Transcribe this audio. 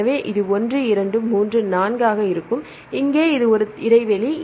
எனவே இது 1 2 3 4 ஆக இருக்கும் இங்கே இது ஒரு இடைவெளி